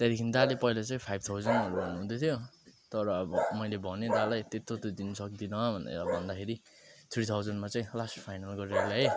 त्यहाँदेखि दाले पहिला चाहिँ फाइभ थाउजन्डहरू भन्नुहुँदै थियो तर अब मैले भने दालाई त्यत्रो त दिनु सक्दिनँ भनेर अब भन्दाखेरि थ्री थाउजन्डमा चाहिँ लास्ट फाइनल गरेर ल्याएँ